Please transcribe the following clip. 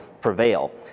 prevail